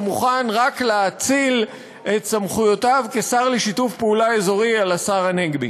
הוא מוכן רק להאציל את סמכויותיו כשר לשיתוף פעולה אזורי לשר הנגבי.